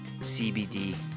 CBD